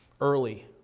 early